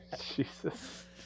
Jesus